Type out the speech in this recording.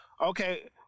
Okay